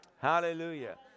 Hallelujah